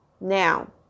Now